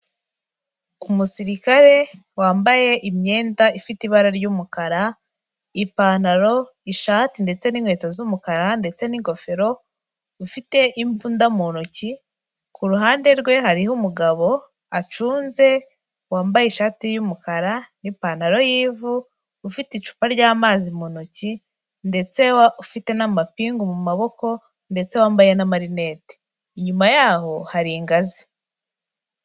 Umusirikare wambaye imyenda ifite ibara ry'umukara, ipantaro, ishati ndetse n'inkweto z'umukara ndetse n'ingofero ufite imbunda mu ntoki, ku ruhande rwe hariho umugabo acunze wambaye ishati y'umukara n'ipantaro y'ivu ufite icupa ry'amazi mu ntoki, ndetse ufite n'amapingu mu maboko ndetse wambaye n'amarineti inyuma yaho hari ingazi.